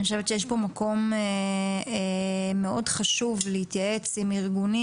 אני חושבת שיש פה מקום מאוד חשוב להתייעץ עם ארגונים